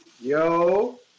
Yo